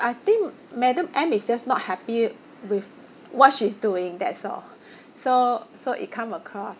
I think madam M is just not happy with what she's doing that's all so so it come across